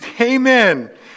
Amen